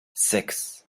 six